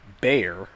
bear